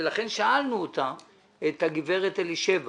לכן שאלנו את גב' אלישבע